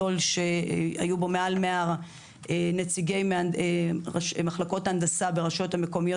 שהיו בו מעל 100 נציגי מחלקות הנדסה ברשויות מקומיות.